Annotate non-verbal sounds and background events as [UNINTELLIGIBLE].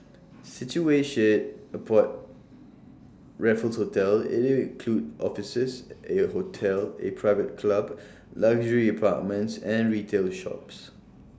situated [UNINTELLIGIBLE] Raffles hotel IT will include offices A hotel A private club luxury apartments and retail shops